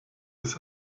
des